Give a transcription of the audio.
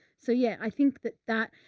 so yeah, i think that that,